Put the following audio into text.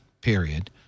period